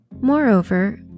Moreover